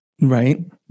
Right